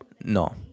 no